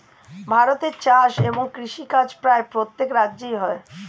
ভারতে চাষ এবং কৃষিকাজ প্রায় প্রত্যেক রাজ্যে হয়